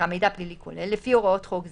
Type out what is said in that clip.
פלילי כולל לפי הוראות חוק זה,